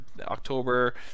October